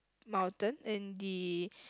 mountain in the